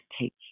take